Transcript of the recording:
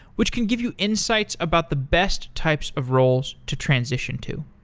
which can give you insights about the best types of roles to transition to.